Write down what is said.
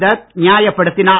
தத் நியாயப் படுத்தினார்